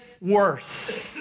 worse